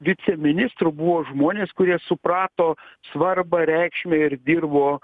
viceministrų buvo žmonės kurie suprato svarbą reikšmę ir dirbo